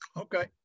Okay